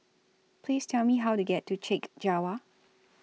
Please Tell Me How to get to Chek Jawa